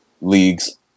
leagues